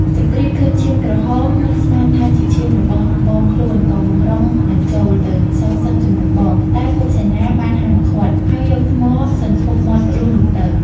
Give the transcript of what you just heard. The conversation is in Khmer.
សុគ្រីពឃើញឈាមក្រហមនឹកស្មានថាជាឈាមរបស់បងខ្លួន ក៏បម្រុងនឹងចូល ទៅសងសឹកជំនួសបង តែពួកសេនាបានហាមឃាត់ ហើយយកថ្មសន្ធប់មាត់រូងនោះទៅ។